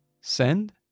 send